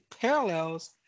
parallels